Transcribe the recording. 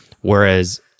whereas